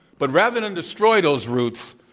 but rather than destroy those roots,